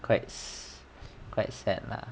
correct it's quite sad lah